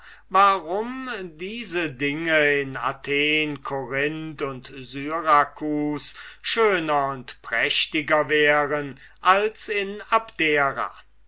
warum diese dinge in athen korinth und syrakus schöner und prächtiger wären als in abdera